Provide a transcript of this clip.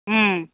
ம்